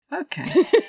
Okay